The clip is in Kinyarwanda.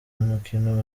umukino